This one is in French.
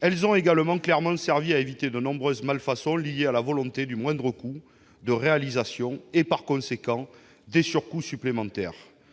Elles ont également servi à éviter de nombreuses malfaçons liées à la volonté du moindre coût de réalisation et, par conséquent, des surcoûts supplémentaires.